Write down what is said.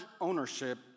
ownership